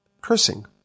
cursing